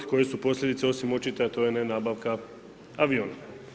Koje su posljedice osim očite a to je ne nabavka aviona?